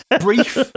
brief